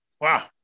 Wow